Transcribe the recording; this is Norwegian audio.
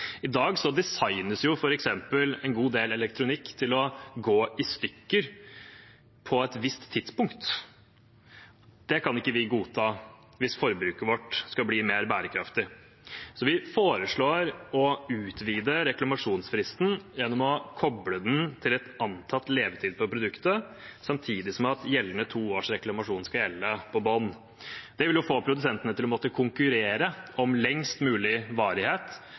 I dag designes jo f.eks. en god del elektronikk til å gå i stykker på et visst tidspunkt. Det kan ikke vi godta hvis forbruket vårt skal bli mer bærekraftig. Så vi foreslår å utvide reklamasjonsfristen gjennom å koble den til antatt levetid på produktet, samtidig som gjeldende to års reklamasjonsfrist skal ligge i bunnen. Det vil jo få produsentene til å måtte konkurrere om lengst mulig varighet,